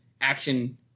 action